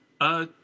Uh